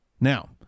now